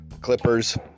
Clippers